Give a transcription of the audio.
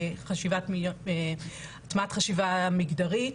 הטמעת חשיבה מגדרית,